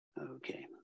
Okay